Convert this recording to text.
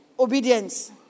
Obedience